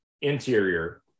interior